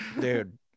dude